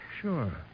Sure